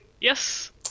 Yes